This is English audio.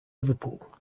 liverpool